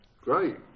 Great